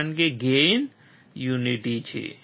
કારણ કે gain unity છે